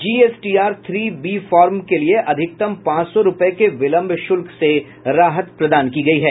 GSTR three B form के लिए अधिकतम पांच सौ रूपये के विलम्ब शुल्क से राहत प्रदान की गई है